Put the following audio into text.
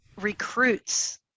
recruits